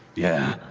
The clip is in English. yeah,